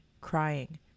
crying